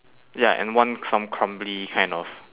ya and one some crumbly kind of